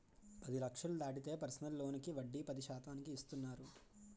పది లక్షలు దాటితే పర్సనల్ లోనుకి వడ్డీ పది శాతానికి ఇస్తున్నారు